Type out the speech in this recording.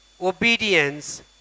obedience